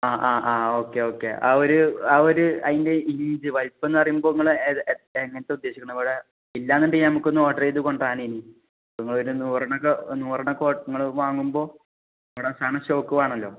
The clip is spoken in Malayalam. ആ ആ ആ ഓക്കെ ഓക്കെ ആ ഒരു ആ ഒരു അതിൻ്റെ ഈ ഇത് പൈപ്പെന്ന് പറയുമ്പോൾ നിങ്ങൾ എങ്ങനത്തെയാണ് ഉദ്ദേശിക്കുന്നത് ഇവിടെ ഇല്ല എന്നുണ്ടെങ്കിൽ നമുക്ക് ഒന്ന് ഓർഡർ ചെയ്ത് കൊണ്ടുവരാനായി നിങ്ങൾ ഒരു നൂറ് എണ്ണമൊക്കെ നൂറ് എണ്ണമൊക്കെ നിങ്ങൾ വാങ്ങുമ്പോൾ ഇവിടെ സാധനം സ്റ്റോക്ക് വേണമല്ലോ